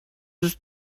ist